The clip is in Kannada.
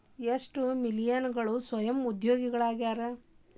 ಎಷ್ಟ ಮಿಲೇನಿಯಲ್ಗಳ ಸ್ವಯಂ ಉದ್ಯೋಗಿಗಳಾಗ್ಯಾರ